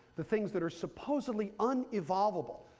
the things that are supposedly unevolvable.